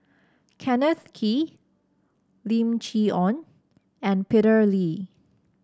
Kenneth Kee Lim Chee Onn and Peter Lee